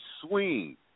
swing